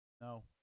No